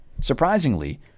Surprisingly